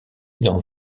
dans